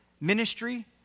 ministry